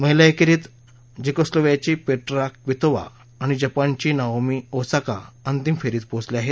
महिला एकेरीत जेकोस्लोवाकियाची पेट्रा क्वितोवा आणि जपानची नाओमी ओसाका अंतिम फेरीत पोचल्या आहेत